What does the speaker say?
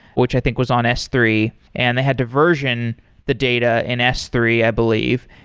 which i think was on s three, and they had to version the data in s three, i believe.